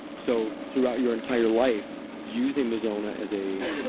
so throughout your entire life using the zona as a,